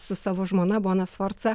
su savo žmona bona sforca